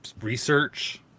Research